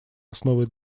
основы